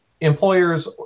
Employers